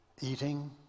eating